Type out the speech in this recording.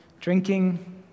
drinking